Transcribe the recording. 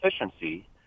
efficiency